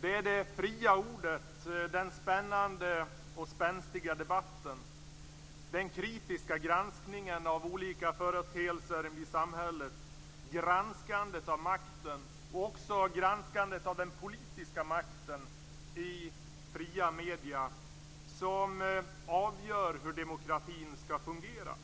Det är det fria ordet, den spännande och spänstiga debatten, den kritiska granskningen av olika företeelser i samhället, granskandet av makten och också granskandet av den politiska makten i fria medier som avgör hur demokratin skall fungera.